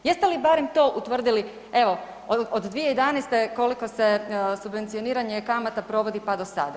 Jeste li barem to utvrdili evo od 2011. koliko se subvencioniranje kamata provodi, pa do sada?